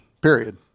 period